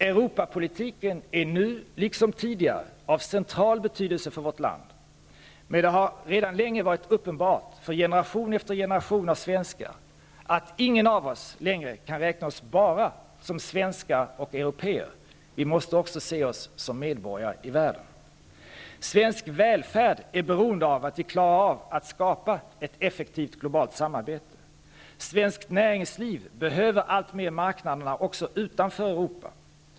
Europapolitiken är nu liksom tidigare av central betydelse för vårt land, men det har redan länge varit uppenbart för generation efter generation svenskar att ingen av oss längre kan räkna oss bara som svenskar och europeér. Vi måste också se oss som medborgare i världen. Svensk välfärd är beroende av att vi klarar av att skapa ett effektivt och globalt samarbete. Svenskt näringsliv behöver alltmer marknaderna också utanför Europa.